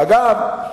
אגב,